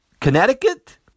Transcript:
Connecticut